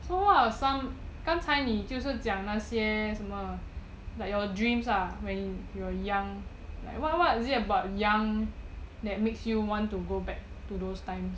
so what are some 刚才你就是讲那些什么 like your dreams ah when you are young like what is it about young that makes you want to go back to those times